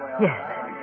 Yes